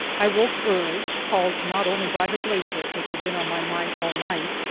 i awoke early, called not only by the glacier, which had been on my mind all night,